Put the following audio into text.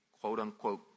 quote-unquote